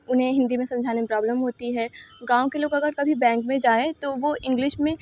उन्हें हिन्दी में समझाने में प्रॉब्लम होती है गाँव के लोग अगर कभी बैंक में जाएं तो वो इंग्लिश में